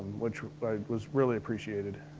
which was really appreciated.